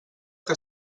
que